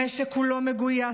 המשק כולו מגויס,